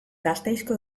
gasteizko